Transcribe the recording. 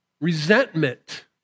Resentment